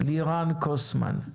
לירן כוסמן.